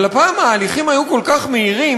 אבל הפעם ההליכים היו כל כך מהירים,